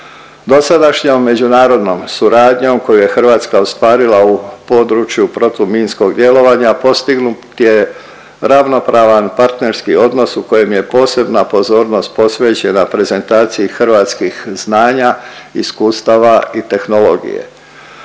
Dosadašnjom međunarodnom suradnjom koju je Hrvatska ostvarila u području protuminskog djelovanja postignut je ravnopravan partnerski odnos u kojem je posebna pozornost posvećena prezentaciji hrvatskih znanja i iskustava i tehnologije.